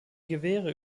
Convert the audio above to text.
gewehre